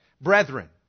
Brethren